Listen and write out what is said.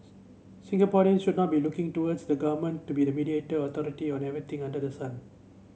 Singaporeans should not be looking towards the government to be the mediator or authority on everything under the sun